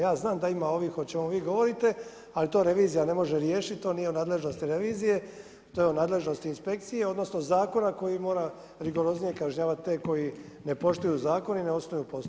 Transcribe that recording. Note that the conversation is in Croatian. Ja znam da ima ovih o čemu vi govorite ali to revizija ne može riješiti, to nije u nadležnosti revizije to je u nadležnosti inspekcije, odnosno zakona koji mora rigoroznije kažnjavati te koji ne poštuju zakon i ne osnuju postrojbu.